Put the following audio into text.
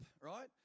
right